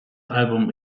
album